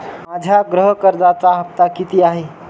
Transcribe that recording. माझ्या गृह कर्जाचा हफ्ता किती आहे?